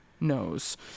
knows